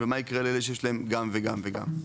ומה יקרה לאלה שיש להם גם וגם וגם?